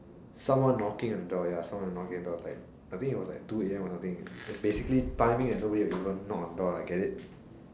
someone knocking on the door ya someone knocking on the door like I think it was like two a_m or something basically timing that nobody would even knock on the door get it